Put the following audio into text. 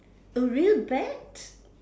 a real bat